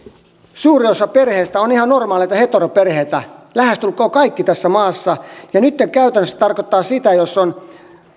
suurin osa perheistä on ihan normaaleja heteroperheitä lähestulkoon kaikki tässä maassa ja nytten käytännössä tämä tarkoittaa sitä että jos on